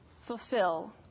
fulfill